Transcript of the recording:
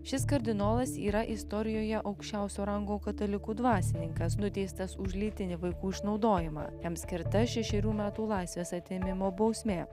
šis kardinolas yra istorijoje aukščiausio rango katalikų dvasininkas nuteistas už lytinį vaikų išnaudojimą jam skirta šešerių metų laisvės atėmimo bausmė